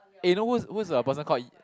eh you know who's who's the person called